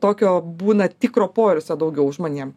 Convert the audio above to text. tokio būna tikro poilsio daugiau žmonėm